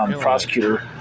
Prosecutor